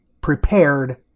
prepared